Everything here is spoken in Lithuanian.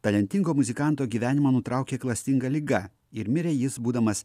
talentingo muzikanto gyvenimą nutraukė klastinga liga ir mirė jis būdamas